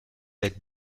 avec